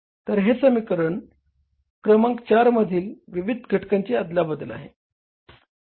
तर हे समीकरण क्रमांक चार मधील विविध घटकांची आदलाबद्ल आहे